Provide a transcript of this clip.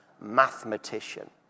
mathematician